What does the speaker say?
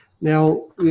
Now